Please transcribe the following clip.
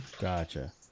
Gotcha